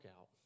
out